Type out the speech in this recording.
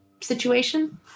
situation